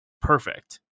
perfect